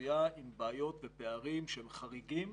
אוכלוסייה עם בעיות ופערים שהם חריגים